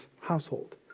household